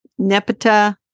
nepeta